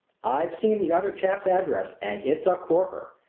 i've seen the other chap's address and it's a corker!